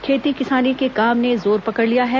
खेती किसानी के काम ने जोर पकड़ लिया है